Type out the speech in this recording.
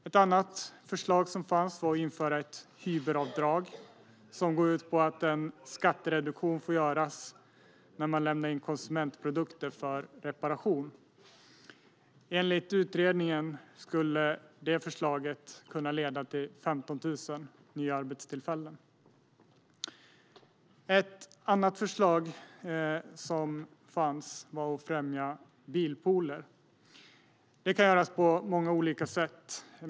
Ett förslag är att införa ett "hyberavdrag", som går ut på att en skattereduktion får göras när man lämnar in konsumentprodukter för reparation. Enligt utredningen skulle det förslaget kunna leda till 15 000 nya arbetstillfällen. Ett annat förslag är att främja bilpooler. Det kan göras på många olika sätt.